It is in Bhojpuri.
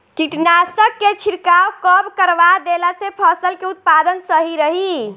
कीटनाशक के छिड़काव कब करवा देला से फसल के उत्पादन सही रही?